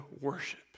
worship